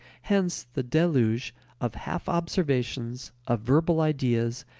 hence the deluge of half-observations, of verbal ideas,